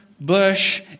bush